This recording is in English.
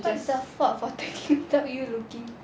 but it's her fault for taking without you looking